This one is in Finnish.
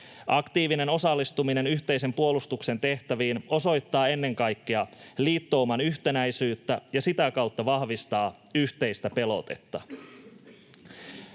Aktiivinen osallistuminen yhteisen puolustuksen tehtäviin osoittaa ennen kaikkea liittouman yhtenäisyyttä ja sitä kautta vahvistaa yhteistä pelotetta.